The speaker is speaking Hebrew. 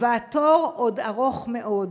והתור עוד ארוך מאוד.